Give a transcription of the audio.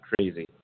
crazy